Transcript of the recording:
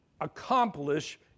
accomplish